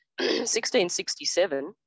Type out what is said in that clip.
1667